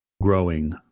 growing